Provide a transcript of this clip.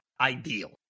ideal